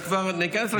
אני כבר איכנס לשאילתה.